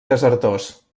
desertors